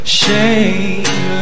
shame